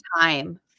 time